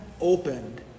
opened